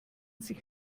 sich